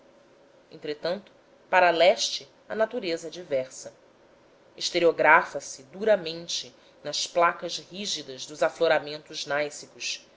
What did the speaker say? entretanto para leste a natureza é diversa estereografa se duramente nas placas rígidas dos afloramentos gnáissicos